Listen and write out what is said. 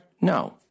no